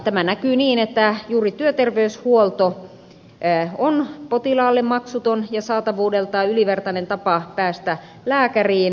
tämä näkyy niin että juuri työterveyshuolto on potilaalle maksuton ja saatavuudeltaan ylivertainen tapa päästä lääkäriin